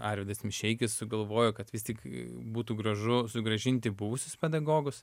arvydas mišeikis sugalvojo kad vis tik būtų gražu sugrąžinti buvusius pedagogus